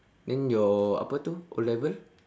then your apa itu O-level